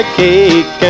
cake